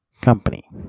company